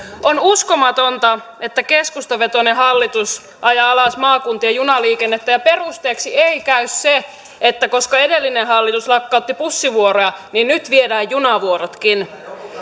on uskomatonta että keskustavetoinen hallitus ajaa alas maakuntien junaliikennettä ja perusteeksi ei käy se että koska edellinen hallitus lakkautti bussivuoroja niin nyt viedään junavuorotkin